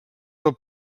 del